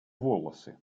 волосы